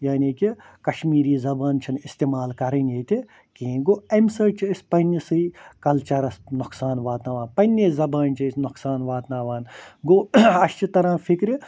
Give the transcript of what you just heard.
یعنی کہِ کشمیٖری زَبان چھَ نہٕ اِستعمال کَرٕنۍ ییٚتہِ کِہیٖنٛۍ گوٚو اَمہِ سۭتۍ چھِ أسۍ پَنٕنِسے کَلچَرس نۅقصان واتناوان پَنٕنے زَبانہِ چھِ أسۍ نۅقصان واتناوان گوٚو اَسہِ چھِ تران فِکرِ